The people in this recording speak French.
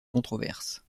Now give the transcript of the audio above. controverses